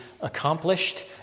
accomplished